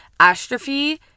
astrophy